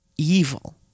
evil